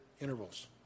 intervals